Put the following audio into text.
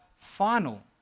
final